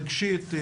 רגשית,